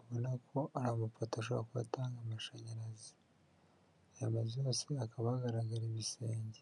ubona ko ari amapoto ashobora kuba atanga amashanyarazi, aya mazu yose hakaba hagaraga ibisenge.